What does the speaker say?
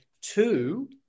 two